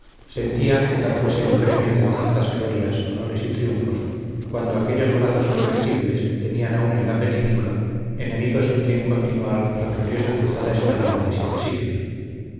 sentía que tal fuese el premio de tantas glorias honores y triunfos cuando aquellos brazos invencibles tenían aún en la península enemigos en quien continuar la gloriosa cruzada española de siete siglos